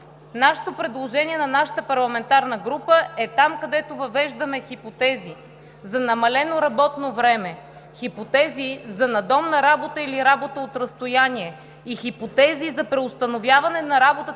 предложението на нашата парламентарна група е там, където въвеждаме хипотези за намалено работно време, хипотези за надомна работа или работа от разстояние и хипотези за преустановяване на работата